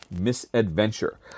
Misadventure